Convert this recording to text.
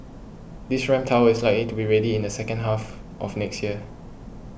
this ramp tower is likely to be ready in the second half of next year